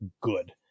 good